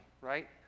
right